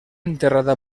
enterrada